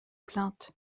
plainte